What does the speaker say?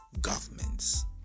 governments